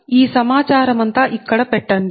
ఈ సమాచారమంతా ఇక్కడ పెట్టండి